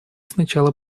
сначала